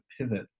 pivot